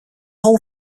whole